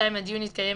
זה תיקון מיטיב,